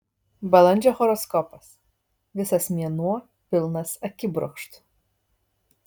balandžio horoskopas visas mėnuo pilnas akibrokštų